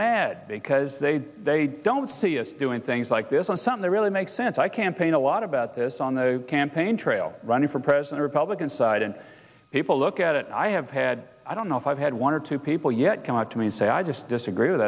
mad because they they don't see us doing things like this on something really makes sense i campaign a lot about this on the campaign trail running for president republican side and people look at it i have had i don't know if i've had one or two people yet come up to me and say i just disagree with